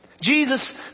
Jesus